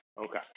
okay